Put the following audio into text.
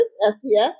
SES